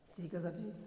ਠੀਕ ਹੈ ਸਰ ਜੀ